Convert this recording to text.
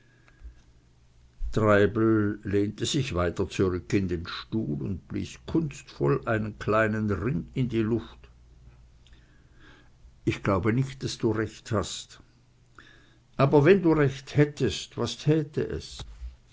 treibel lehnte sich weiter zurück in den stuhl und blies kunstvoll einen kleinen ring in die luft ich glaube nicht daß du recht hast aber wenn du recht hättest was täte es